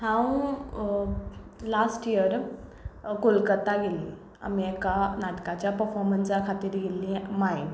हांव last year Kolkata गेल्ली आमी एका नाटकाच्या पफोमन्सा खातीर गेल्ली मायम